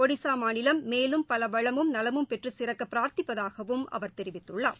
ஒடிசா மாநிலம் மேலும் பல வளமும் நலமும் பெற்று சிறக்க பிரார்த்திப்பதாகவும் அவர் தெரிவித்துள்ளார்